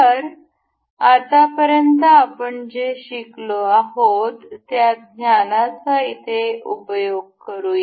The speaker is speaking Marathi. तर आतापर्यंत आपण जे शिकलो आहोत त्या ज्ञानाचा इथे उपयोग करूया